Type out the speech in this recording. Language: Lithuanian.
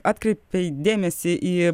atkreipei dėmesį į